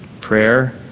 prayer